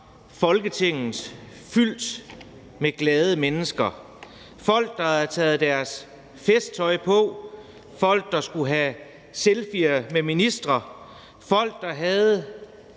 Folketinget fyldt med glade mennesker, som havde taget deres festtøj på, skulle have selfier med ministre, og som havde